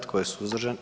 Tko je suzdržan?